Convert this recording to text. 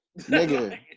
Nigga